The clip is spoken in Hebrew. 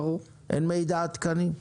אין מידע עדכני?